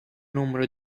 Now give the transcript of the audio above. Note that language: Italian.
numero